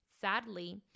sadly